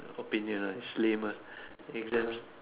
opinion right is lame uh exams